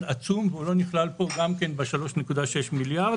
עצום והוא לא נכלל פה גם כן ב-3.6 מיליארד.